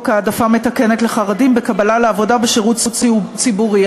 העדפה מתקנת לחרדים בקבלה לעבודה בשירות ציבורי.